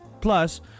Plus